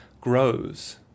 grows